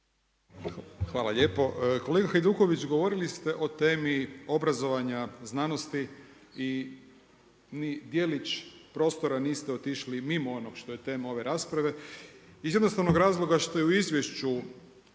Hvala lijepo. Kolega Hajduković, govorili ste o temi obrazovanja, znanosti i ni djelić prostora niste otišli mimo onog što je tema ove rasprave iz jednostavnog razloga što je u izvješću